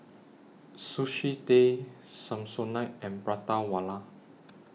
Sushi Tei Samsonite and Prata Wala